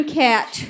cat